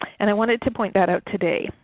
and i wanted to point that out today.